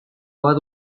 bat